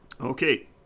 Okay